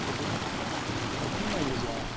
बिदिनो सावथुन नायोब्ला